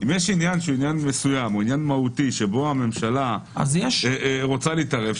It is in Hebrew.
אם יש עניין מסוים מהותי שבו הממשלה רוצה להתערב,